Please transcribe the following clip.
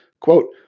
quote